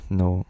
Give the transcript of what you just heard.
no